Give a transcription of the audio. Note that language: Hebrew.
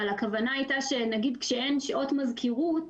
אבל הכוונה הייתה שנגיד כשאין שעות מזכירות,